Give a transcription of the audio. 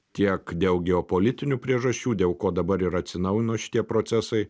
tiek dėl geopolitinių priežasčių dėl ko dabar ir atsinaujino šitie procesai